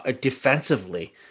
defensively